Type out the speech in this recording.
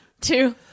two